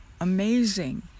amazing